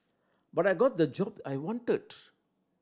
but I got the job I wanted